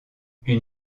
une